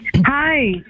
Hi